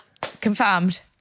confirmed